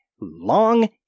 Long